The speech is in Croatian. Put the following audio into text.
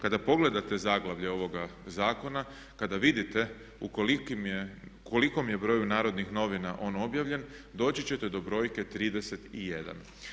Kada pogledate zaglavlje ovoga zakona, kada vidite u kolikom je broju Narodnih novina on objavljen doći ćete do brojke 31.